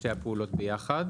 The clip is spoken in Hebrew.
שתי הפעולות ביחד.